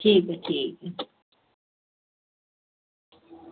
ठीक ऐ ठीक